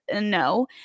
no